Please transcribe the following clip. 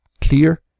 clear